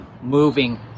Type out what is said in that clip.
moving